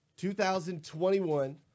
2021